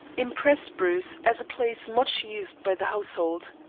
impressed bruce as a place much used by the household.